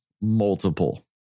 multiple